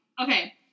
okay